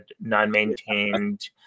non-maintained